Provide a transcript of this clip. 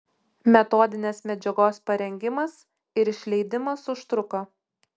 metodinės medžiagos parengimas ir išleidimas užtruko